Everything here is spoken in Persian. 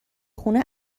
خونه